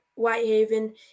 Whitehaven